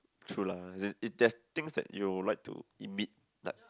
true lah there's things that you would like to emit like